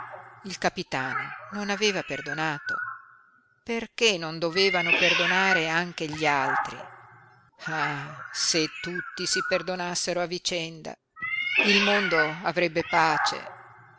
il capitano non aveva perdonato perché non dovevano perdonare anche gli altri ah se tutti si perdonassero a vicenda il mondo avrebbe pace